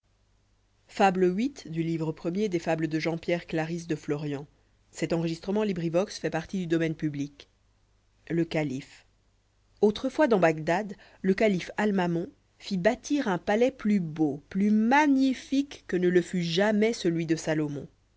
le calife autrefois dans bagdad lé calife almamon fit bâtir un palais plus beau plus magnifique que ne le fut jamais celui de salomon